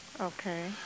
Okay